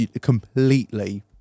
completely